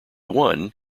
won